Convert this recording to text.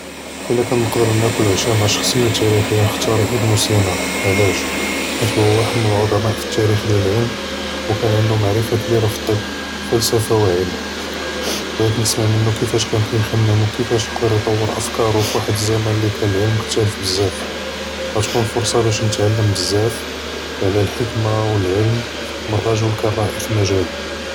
אלא כאן נقدر נאכל عشא מע ש׳כ׳סיה תאריכ׳יה נכתאר אבן סינא, ועלאש? חית הו ואחד מן עט׳מאא תאריכ׳ דיאל אלעלם וכאן ענדו מע׳ריפה כבירא פטב, פלספה ועילם. בעית נסמע מנו כיפאש כאן כיכ׳מם וכיפאש קדר יטוור אפכארו פווהד אלזמן לי כאן אלעלם יכתאלף בזאף, חתכון פרצה באש נתעלם בזאף עלא אלחכמה ואלעלם מן ראג׳ל כאן ראאד פי מג׳אלו.